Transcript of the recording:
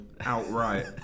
Outright